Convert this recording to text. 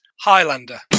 Highlander